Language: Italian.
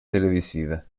televisive